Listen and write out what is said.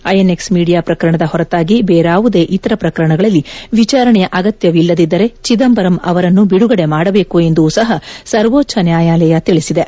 INX media ಪ್ರಕರಣದ ಹೊರತಾಗಿ ಬೇರಾವುದೇ ಇತರ ಪ್ರಕರಣಗಳಲ್ಲಿ ವಿಚಾರಣೆಯ ಅಗತ್ಯವಿಲ್ಲದಿದ್ದರೆ ಚಿದಂಬರಂ ಅವರನ್ನು ಬಿಡುಗಡೆ ಮಾಡಬೇಕು ಎಂದೂ ಸಹ ಸರ್ವೋಚ್ಚ ನ್ಯಾಯಾಲಯ ತಿಳಿಸಿದೆ